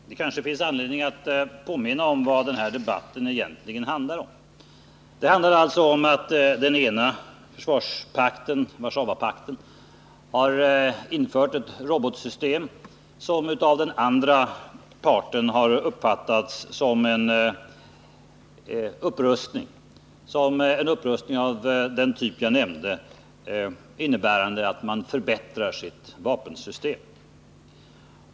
Fru talman! Det kanske finns anledning att påminna om vad denna debatt egentligen handlar om. Den handlar om att den ena försvarspakten, Warszawapakten, har infört ett robotsystem som av den andra parten har uppfattats som att man förbättrar sitt vapensystem.